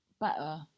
better